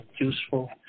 useful